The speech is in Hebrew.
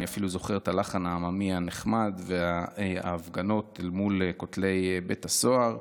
אני אפילו זוכר את הלחן העממי הנחמד וההפגנות מול כותלי בית הסוהר.